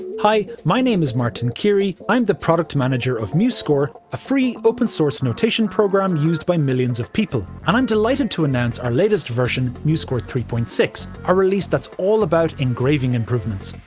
hi, my name is martin keary. i'm the product manager of musescore, a free open-source notation programme used by millions of people. and i'm delighted to announce our latest version, musescore three point six a release that's all about engraving improvements.